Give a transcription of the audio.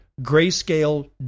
Grayscale